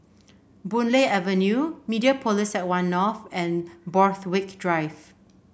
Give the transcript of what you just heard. Boon Lay Avenue Mediapolis at One North and Borthwick Drive